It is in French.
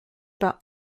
pas